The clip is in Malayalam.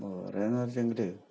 വേറെന്ന്